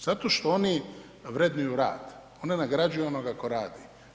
Zato što oni vrednuju rad, oni nagrađuju onoga tko radi.